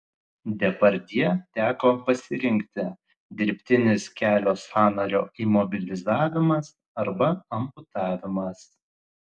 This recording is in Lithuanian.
depardjė teko pasirinkti dirbtinis kelio sąnario imobilizavimas arba amputavimas